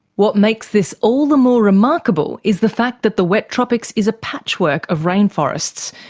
what makes this all the more remarkable is the fact that the wet tropics is a patchwork of rainforests,